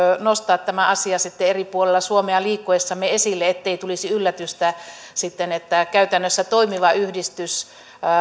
nostaa tämä asia sitten eri puolilla suomea liikkuessamme esille ettei tulisi yllätystä sitten että käytännössä toimiva yhdistys